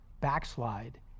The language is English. backslide